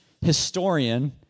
historian